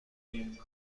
کنید